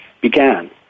began